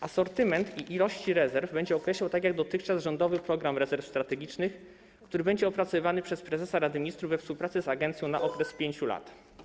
Asortyment i ilość rezerw będzie określał, tak jak dotychczas, „Rządowy program rezerw strategicznych”, który będzie opracowywany przez prezesa Rady Ministrów we współpracy z agencją na okres 5 lat.